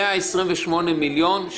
אין לו אמצעים.